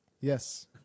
Yes